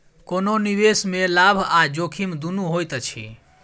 कोनो निवेश में लाभ आ जोखिम दुनू होइत अछि